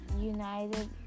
United